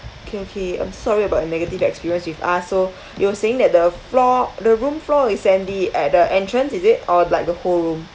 okay okay I'm so sorry about your negative experience with us so you were saying that the floor the room floor is sandy at the entrance is it or like the whole room